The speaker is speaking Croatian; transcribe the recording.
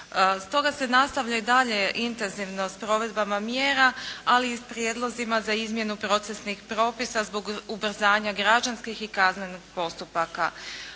Stoga se nastavlja i dalje intenzivno s provedbama mjera ali i s prijedlozima za izmjenu procesnih propisa zbog ubrzanja građanskih i kaznenih postupaka.